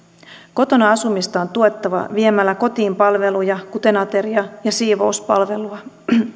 kotona asumista on tuettava viemällä kotiin palveluja kuten ateria ja siivouspalvelua